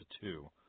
two